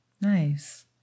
Nice